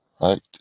right